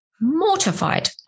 mortified